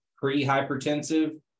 pre-hypertensive